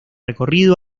recorrido